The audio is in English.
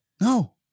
No